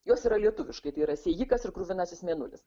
jos yra lietuviškai tai yra sėjikas ir kruvinasis mėnulis